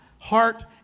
heart